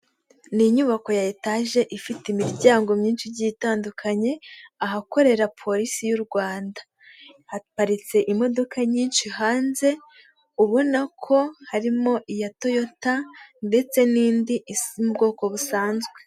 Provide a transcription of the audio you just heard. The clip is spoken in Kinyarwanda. Ni inyubako ya etage ifite imiryango myinshi igiye itandukanye, ahakorera polisi y'u Rwanda. Haparitse imodoka nyinshi hanze ubona ko harimo iya Toyota ndetse n'indi, isi mu bwoko busanzwe.